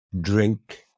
drink